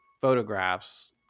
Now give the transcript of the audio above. photographs